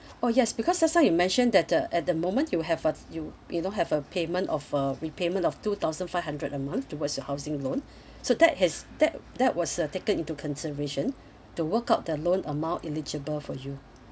oh yes because just now you mention that uh at the moment you have a you you don't have a payment of uh repayment of two thousand five hundred a month towards your housing loan so that has that that was uh taken into consideration to work out the loan amount eligible for you